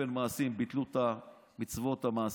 באופן מעשי, הם ביטלו את המצוות המעשיות.